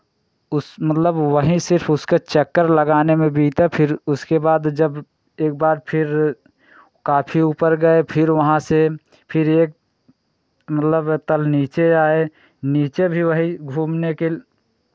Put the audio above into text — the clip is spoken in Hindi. उस मतलब वहीं सिर्फ उसका चक्कर लगाने में बीता फिर उसके बाद जब एक बार फिर काफ़ी ऊपर गए फिर वहाँ से फिर एक मतलब यह तल नीचे आए नीचे भी वही घूमने के